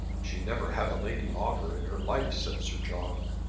she never had a lady on her in her life, said sir john.